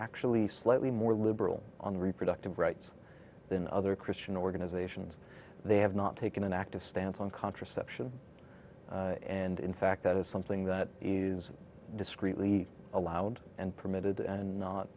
actually slightly more liberal on reproductive rights than other christian organizations they have not taken an active stance on contraception and in fact that is something that is discreetly allowed and permitted and not